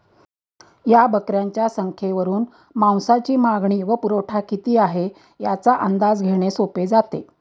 या बकऱ्यांच्या संख्येवरून मांसाची मागणी व पुरवठा किती आहे, याचा अंदाज घेणे सोपे जाते